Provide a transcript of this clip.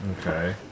Okay